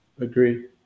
Agree